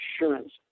insurance